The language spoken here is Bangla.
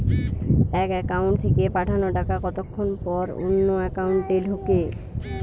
এক একাউন্ট থেকে পাঠানো টাকা কতক্ষন পর অন্য একাউন্টে ঢোকে?